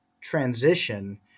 transition